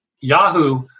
Yahoo